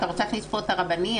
אתה רוצה להכניס פה את הרבני?